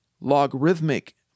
logarithmic